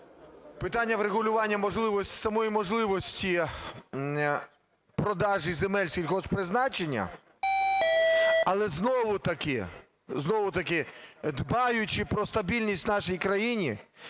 питання врегулювання самої можливості продажу земель сільгосппризначення. Але знову таки, дбаючи про стабільність в нашій країні